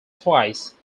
twice